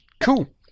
Cool